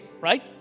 right